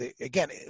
again